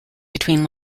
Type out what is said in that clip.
between